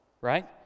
right